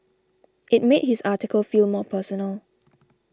it made his article feel more personal